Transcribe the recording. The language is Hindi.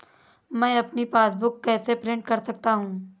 मैं अपनी पासबुक कैसे प्रिंट कर सकता हूँ?